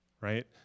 right